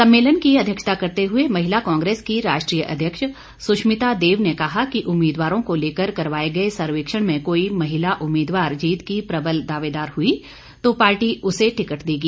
सम्मेलन की अध्यक्षता करते हुए महिला कांग्रेस की राष्ट्रीय अध्यक्ष सुष्मिता देव कहा कि उम्मीदवारों को लेकर करवाये गए सर्वेक्षण में कोई महिला उम्मीदवार जीत की प्रबल दावेदार हुई तो पार्टी उसे टिकट देगी